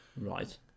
Right